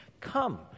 Come